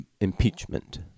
impeachment